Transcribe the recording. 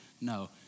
No